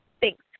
Thanks